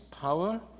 power